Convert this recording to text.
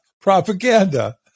propaganda